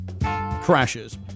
crashes